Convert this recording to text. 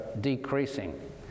decreasing